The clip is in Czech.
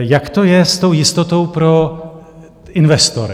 Jak to je s tou jistotou pro investory?